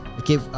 okay